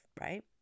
right